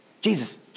Jesus